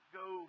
go